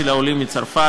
של עולים מצרפת.